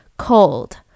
Cold